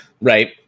Right